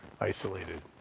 isolated